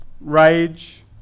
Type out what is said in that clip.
rage